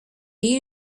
you